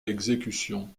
exécution